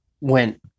Went